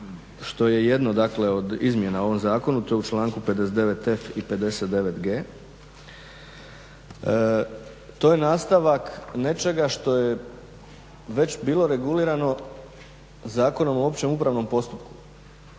što je jedno dakle od izmjena u ovom zakonu to je u članku 59f. i 59g. To je nastavak nečega što je već bilo regulirano Zakonom o općem upravnom postupku,